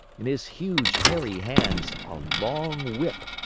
in his huge, hairy hands, a long whip,